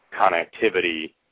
connectivity